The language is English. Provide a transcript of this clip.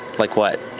like what?